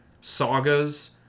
sagas